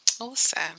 Awesome